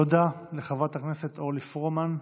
תודה לחברת הכנסת אורלי פרומן.